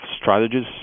strategies